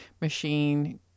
machine